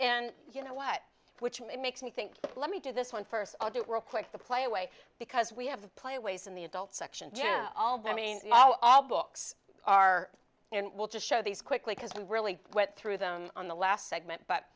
and you know what which makes me think let me do this one first i'll do it real quick the play away because we have a play a ways in the adult section all the i mean all books are and we'll just show these quickly because i'm really went through them on the last segment but